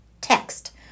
text